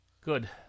Good